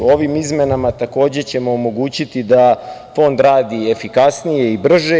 Ovim izmenama takođe ćemo omogućiti da Fond radi efikasnije i brže.